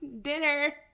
dinner